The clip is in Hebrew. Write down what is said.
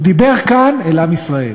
הוא דיבר כאן אל עם ישראל.